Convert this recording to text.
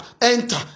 Enter